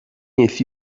ainsi